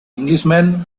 englishman